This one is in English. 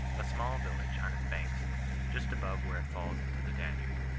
a small village on its banks just above where it falls into the danube.